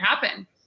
happen